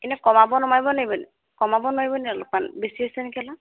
এনে কমাব নমাৰিব নোৱাৰিবনি কমাব নোৱাৰিবনি অলপমান বেছি হৈছে নেকি অলপ